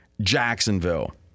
Jacksonville